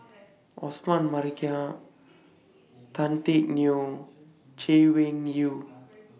Osman Merican Tan Teck Neo Chay Weng Yew